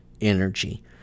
energy